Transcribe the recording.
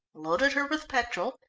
loaded her with petrol,